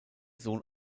sohn